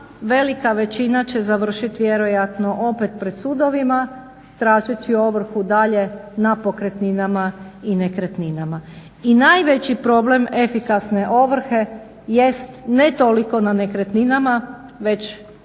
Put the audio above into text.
velika većina će završit vjerojatno opet pred sudovima tražeći ovrhu dalje na pokretninama i nekretninama. I najveći problem efikasne ovrhe jest ne toliko na nekretnina već